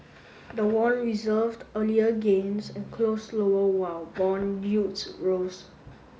the won reversed earlier gains and closed lower while bond yields rose